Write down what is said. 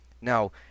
now